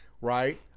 right